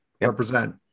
Represent